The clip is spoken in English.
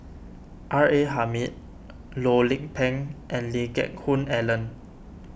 R A Hamid Loh Lik Peng and Lee Geck Hoon Ellen